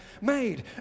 made